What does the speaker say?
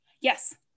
Yes